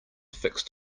fixed